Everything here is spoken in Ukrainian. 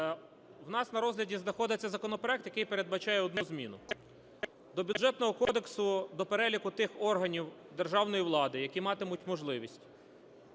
У нас на розгляді знаходиться законопроект, який передбачає одну зміну. До Бюджетного кодексу, до переліку тих органів державної влади, які матимуть можливість